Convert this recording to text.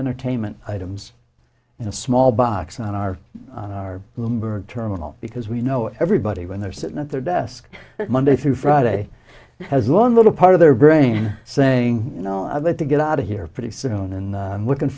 entertainment items in a small box on our on our member terminal because we know everybody when they're sitting at their desk monday through friday has one little part of their brain saying you know i've got to get out of here pretty soon and i'm looking